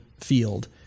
field